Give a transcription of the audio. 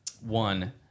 one